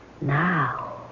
Now